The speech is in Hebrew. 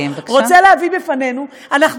רוצה להביא בפנינו נא לסיים בבקשה.